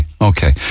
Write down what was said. okay